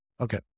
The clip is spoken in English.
Okay